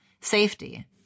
safety